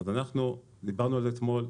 אז אנחנו דיברנו על זה אתמול,